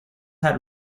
had